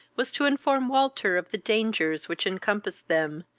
was to inform walter of the dangers which encompassed them,